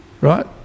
right